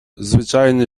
zwyczajny